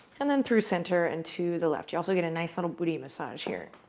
and then through center and to the left. you also get a nice little booty massage here.